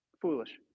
foolish